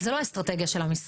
זו לא אסטרטגיה של המשרד,